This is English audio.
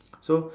so